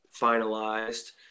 finalized